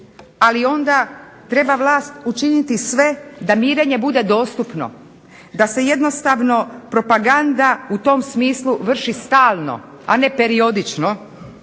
Ali onda treba vlast učiniti sve da mirenje bude dostupno, da se jednostavno propaganda u tom smislu vrši stalno, a ne periodično,